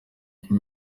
kwa